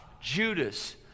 Judas